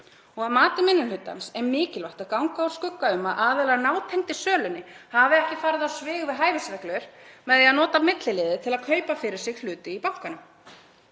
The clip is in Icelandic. Að mati minni hlutans er mikilvægt að ganga úr skugga um að aðilar nátengdir sölunni hafi ekki farið á svig við hæfisreglur með því að nota milliliði til að kaupa fyrir sig hlut í bankanum.